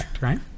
right